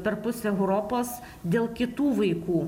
per pusę europos dėl kitų vaikų